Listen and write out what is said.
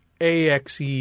AXE